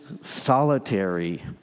solitary